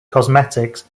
cosmetics